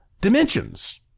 dimensions